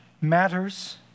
matters